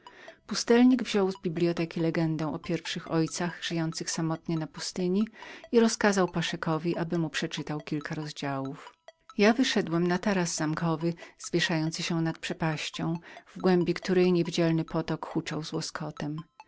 pustelnik wziął z biblioteki legendę o pierwszych ojcach żyjących samotnie na pustyni i rozkazał paszekowi aby mu przeczytał kilka rozdziałów ja wyszedłem na taras zamkowy zwieszający się nad przepaścią w głębi której niewidzialny potok huczał z łoskotem